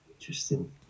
Interesting